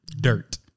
Dirt